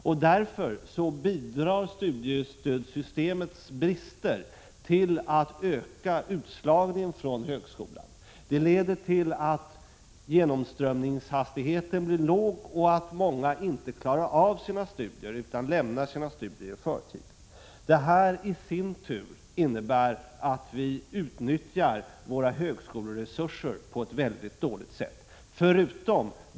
Bristerna i studiemedelssystemet bidrar på det sättet till att öka utslagningen från högskolan. Genomströmningshastigheten blir låg, och många klarar inte av sina studier utan lämnar dem i förtid. Detta innebär i sin tur — förutom de allvarliga sociala konsekvenser som det kan innebära för de enskilda studenterna — att vi utnyttjar våra högskoleresurser på ett dåligt sätt.